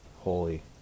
holy